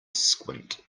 squint